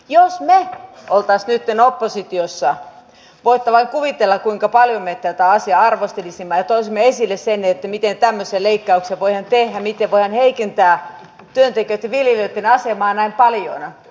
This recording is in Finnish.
jos me olisimme nyt oppositiossa voitte vain kuvitella kuinka paljon me tätä asiaa arvostelisimme ja toisimme esille sen miten tämmöisiä leikkauksia voidaan tehdä miten voidaan heikentää työntekijöitten viljelijöitten asemaa näin paljon